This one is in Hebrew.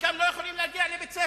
חלקם לא יכולים להגיע לבית-ספר,